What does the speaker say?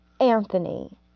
Anthony